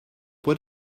what